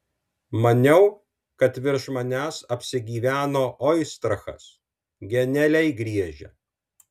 maniau kad virš manęs apsigyveno oistrachas genialiai griežia